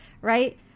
right